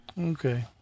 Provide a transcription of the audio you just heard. Okay